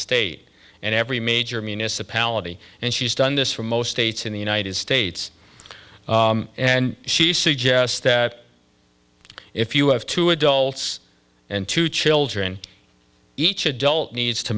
state and every major municipality and she's done this for most states in the united states and she suggests that if you have two adults and two children each adult needs to